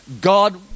God